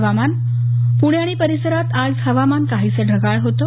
हवामान प्रणे आणि परिसरात आज हवामान काहीसं ढगाळ होतं